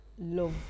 love